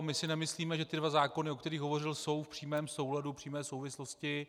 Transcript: My si nemyslíme, že tyto dva zákony, o kterých hovořil, jsou v přímém souladu, přímé souvislosti.